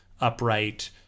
upright